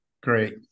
Great